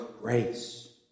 grace